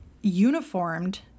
uniformed